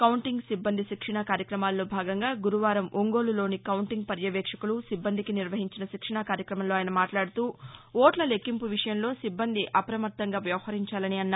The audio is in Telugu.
కౌంటింగ్ సిబ్బంది శిక్షణ కార్యక్రమాల్లో భాగంగా గురువారం ఒంగోలులోని కౌంటింగ్ పర్యవేక్షకులు సిబ్బందికి నిర్వహించిన శిక్షణా కార్యక్రమంలో ఆయన మాట్లాడుతూ ఓట్ల లెక్కింపు విషయంలో సిబ్బంది అభ్రమత్తంగా వ్యవహరించాలన్నారు